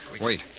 Wait